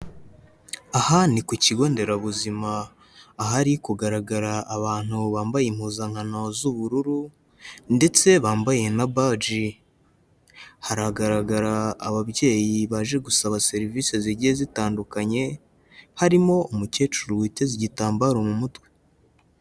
Aha ni ku kigo nderabuzima, ahari kugaragara abantu bambaye impuzankano z'ubururu ndetse bambaye na baji, haragaragara ababyeyi baje gusaba serivisi zigiye zitandukanye, harimo umukecuru witeze igitambaro mu mutwe.